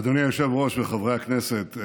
אדוני היושב-ראש וחברי הכנסת,